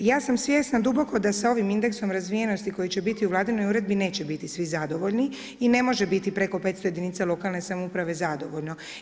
Ja sam svjesna duboko da sa ovim indeksom razvijenosti koji će biti u Vladinoj uredbi neće biti svi zadovoljni i ne može biti preko 500 jedinica lokalne samouprave zadovoljno.